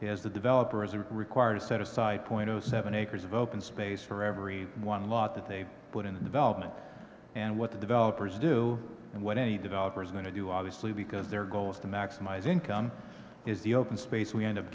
is that developers are required to set aside point zero seven acres of open space for every one lot that they put in the development and what the developers do and what any developer is going to do obviously because their goal is to maximize income is the open space we end up